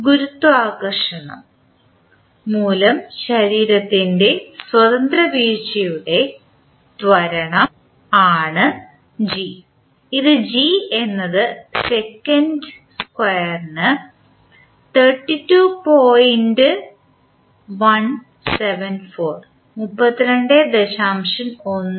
ഗുരുത്വാകർഷണം മൂലം ശരീരത്തിൻറെ സ്വതന്ത്ര വീഴ്ചയുടെ ത്വരണം ആണ് g ഇത് g എന്നത് സെക്കന്റ് സ്ക്വയറിന് 32